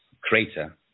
crater